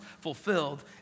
fulfilled